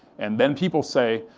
and then people say,